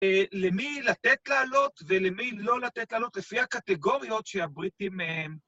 למי לתת לעלות ולמי לא לתת לעלות לפי הקטגוריות שהבריטים...